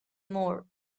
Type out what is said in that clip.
more